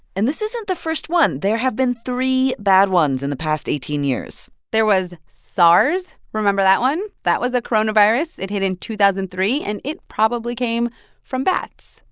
and this isn't the first one. there have been three bad ones in the past eighteen years there was sars. remember that one? that was a coronavirus. it hit in two thousand and three, and it probably came from bats.